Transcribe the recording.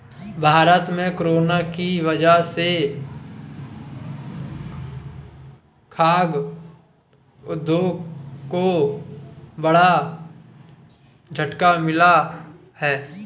भारत में कोरोना की वजह से खाघ उद्योग को बड़ा झटका मिला है